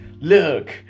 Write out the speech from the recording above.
Look